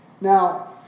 Now